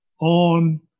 on